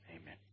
amen